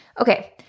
Okay